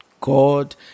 God